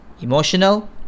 emotional